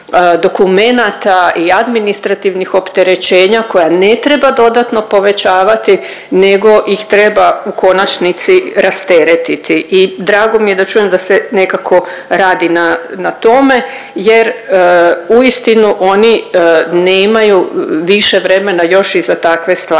i administrativnih opterećenja koja ne treba dodatno povećavati nego ih treba u konačnici rasteretiti i drago mi je da čujem da se nekako radi na tome jer uistinu, oni nemaju više vremena još i za takve stvari.